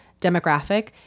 demographic